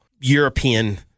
European